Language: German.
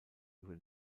über